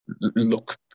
look